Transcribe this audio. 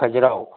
Khajuraho